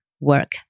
work